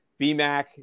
BMAC